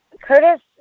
Curtis